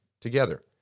together